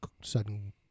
sudden